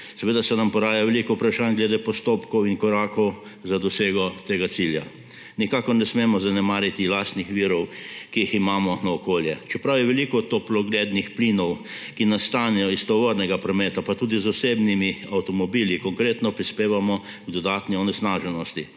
Seveda se nam poraja veliko vprašanje glede postopkov in korakov za dosego tega cilja. Nikakor ne smemo zanemariti lastnih virov, ki jih imamo, na okolje, čeprav je veliko toplogrednih plinov, ki nastanejo iz tovornega prometa, pa tudi z osebnimi avtomobili konkretno prispevamo k dodatni onesnaženosti.